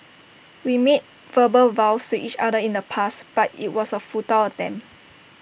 we made verbal vows to each other in the past but IT was A futile attempt